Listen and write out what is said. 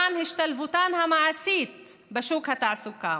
למען השתלבותן המעשית בשוק התעסוקה